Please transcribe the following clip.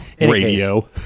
Radio